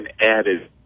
added